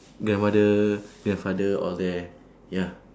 grandmother grandfather all there ya